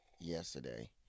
yesterday